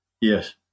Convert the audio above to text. Yes